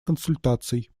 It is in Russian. консультаций